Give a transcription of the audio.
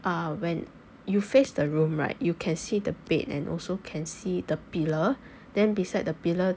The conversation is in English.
uh when you face the room right you can see the bed and also can see the pillar then beside the pillar